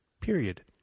period